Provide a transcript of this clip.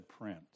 print